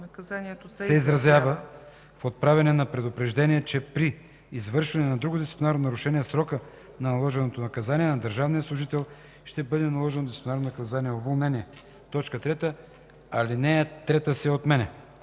Наказанието се изразява в отправяне на предупреждение, че при извършване на друго дисциплинарно нарушение в срока на наложеното наказание, на държавния служител ще бъде наложено дисциплинарно наказание „уволнение”.” 3. Алинея 3 се отменя.”